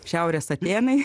šiaurės atėnai